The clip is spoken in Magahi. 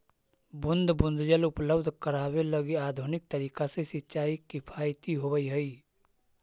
बूंद बूंद जल उपलब्ध करावे लगी आधुनिक तरीका से सिंचाई किफायती होवऽ हइ